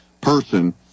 person